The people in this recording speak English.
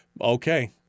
Okay